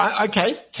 Okay